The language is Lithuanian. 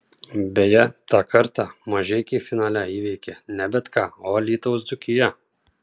beje tą kartą mažeikiai finale įveikė ne bet ką o alytaus dzūkiją